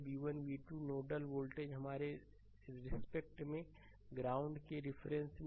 तो यह वोल्टेज वास्तव में v1 v2 है नोडल वोल्टेज हमारे रिस्पेक्ट में ग्राउंड के रिफरेंस में